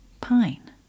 Pine